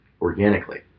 organically